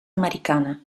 americana